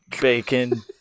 bacon